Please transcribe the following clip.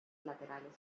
laterales